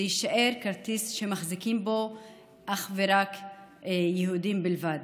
זה יישאר כרטיס שמחזיקים בו יהודים בלבד.